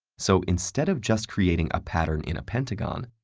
so instead of just creating a pattern in a pentagon,